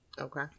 Okay